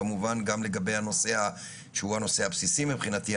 כמובן גם לגבי הנושא שהוא הנושא הבסיסי מבחינתי,